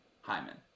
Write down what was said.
Hyman